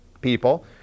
people